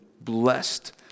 blessed